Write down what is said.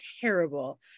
terrible